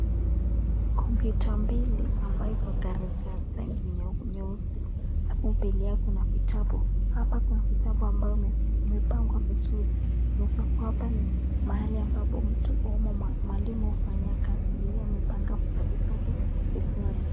Kompyuta mbili ambayo iko colour rangi nyeusi. Alafu pale kuna vitabu. Hapa kuna vitabu ambayo umepangwa vizuri. Naweza kuwa hapa ni mahali ambapo mtu mwalimu hufanya kazi. Yeye amepanga vitabu vyake vizuri.